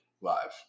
live